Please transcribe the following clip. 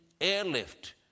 airlift